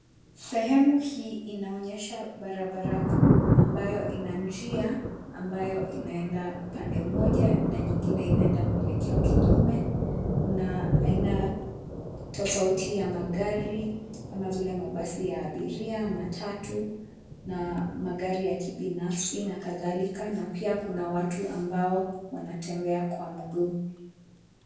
Sehemu hii inaonyesha barabara kuu ambayo ina njia ambayo inaenda pande mmoja na nyingine inaenda mwelekeo kinyume. Kuna aina tofauti ya magari kama vile mabasi ya abiria, matatu na magari ya kibinafsi na kadhalika, na pia kuna watu ambao wanatembea kwa mguu.